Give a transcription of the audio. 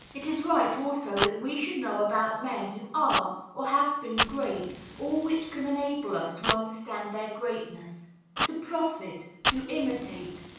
it is right, also, that we should know about men who are or have been great all which can enable us to understand their greatness to profit, to imitate,